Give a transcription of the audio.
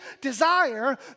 desire